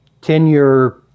tenure